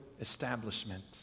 establishment